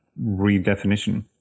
redefinition